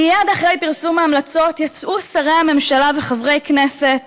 מייד אחרי פרסום ההמלצות יצאו שרי הממשלה וחברי כנסת